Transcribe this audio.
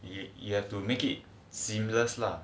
you you have to make it seamless lah